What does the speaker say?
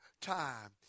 time